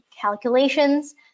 calculations